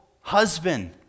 husband